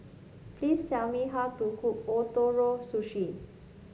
please tell me how to cook Ootoro Sushi